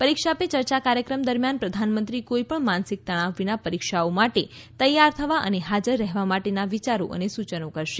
પરીક્ષા પે ચર્ચા કાર્યક્રમ દરમિયાન પ્રધાનમંત્રી કોઈપણ માનસિક તનાવ વિના પરીક્ષાઓ માટે તૈયાર થવા અને ફાજર રહેવા માટેના વિચારો અને સૂચનો કરશે